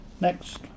Next